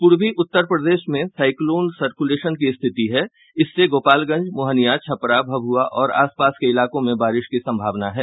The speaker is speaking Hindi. पूर्वी उत्तर प्रदेश में साइक्लोनिक सर्कुलेशन की रिथति है इससे गोपालगंज मोहनिया छपरा भभुआ और आसपास के इलाकों में बारिश की संभावना है